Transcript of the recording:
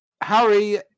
harry